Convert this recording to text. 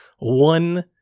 one